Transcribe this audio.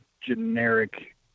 generic